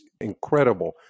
incredible